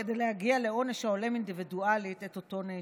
כדי להגיע לעונש ההולם אינדיבידואלית את אותו נאשם.